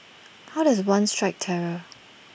how does one strike terror